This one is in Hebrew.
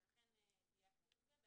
לכן דייקנו את זה.